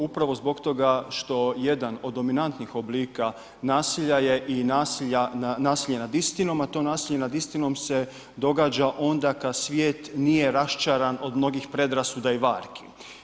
Upravo zbog toga što jedan od dominantnih nasilja je i nasilje nad istinom a to nasilje nad istinom se događa onda kada svijet nije raščaran od mnogih predrasuda i varki.